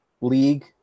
league